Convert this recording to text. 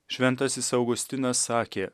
šventasis augustinas sakė